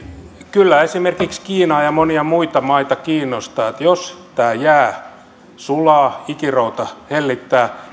kyllä esimerkiksi kiinaa ja monia muita maita kiinnostaa jos tämä jää sulaa ikirouta hellittää se